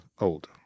old